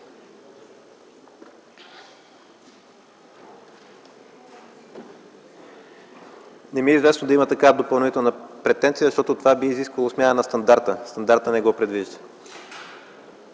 Не ми е известно да има такава допълнителна претенция, защото това би изисквало смяна на стандарта, а стандартът не го предвижда.